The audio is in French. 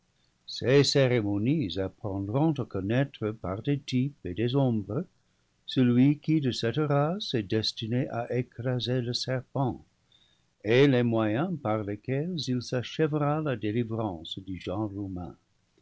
ces cérémonies apprendront à connaître par des types et des ombres celui qui de cette race est destiné à écra ser le serpent et les moyens par lesquels ils achèvera la déli vrance du genre humain